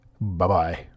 Bye-bye